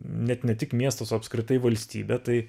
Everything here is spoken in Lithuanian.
net ne tik miestas apskritai valstybė tai